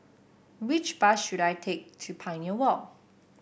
which bus should I take to Pioneer Walk